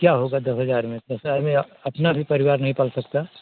क्या होगा दस हजार मे दस हजार मे अपना भी परिवार नहीं पल सकता